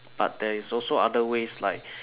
but there is also other ways like